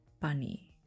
bunny